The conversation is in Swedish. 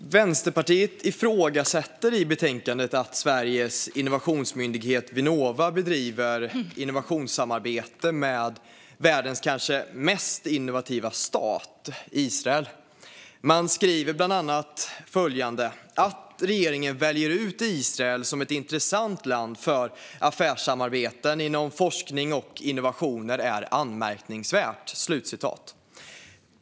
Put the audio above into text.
Fru talman! Vänsterpartiet ifrågasätter i betänkandet att Sveriges innovationsmyndighet Vinnova bedriver innovationssamarbete med världens kanske mest innovativa stat, Israel. Man skriver bland annat följande: Att regeringen väljer ut Israel som ett intressant land för affärssamarbeten inom forskning och innovation är anmärkningsvärt.